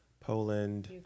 poland